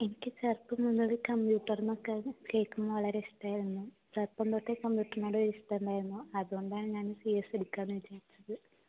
എനിക്ക് ചെറുപ്പം മുതൽ കംപ്യൂട്ടറെന്നൊക്കെ കേൾക്കുന്നത് വളരെ ഇഷ്ടമായിരുന്നു ചെറുപ്പംതൊട്ടേ കംപ്യൂട്ടറിനോട് ഒരു ഇഷ്ടമുണ്ടായിരുന്നു അതുകൊണ്ടാണ് ഞാൻ സിഎസ് എടുക്കാമെന്ന് വിചാരിച്ചത്